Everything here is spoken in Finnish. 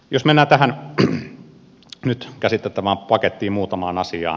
jos mennään tämän nyt käsiteltävän paketin muutamaan asiaan